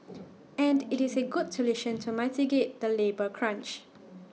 and IT is A good solution to mitigate the labour crunch